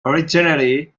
originally